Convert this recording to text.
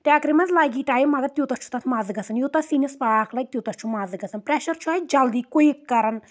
ٹٮ۪کرِ منز لَگی ٹایم مگر تیوٗتاہ چھُنہٕ تَتھ مزٕ گَژھان یوٗتاہ سِنِس پاکھ لَگہِ تیوٗتاہ چھُ تَتھ مزٕ گَژھان پرؠشَر چھُ اَسہِ جلدی قُیِک کَران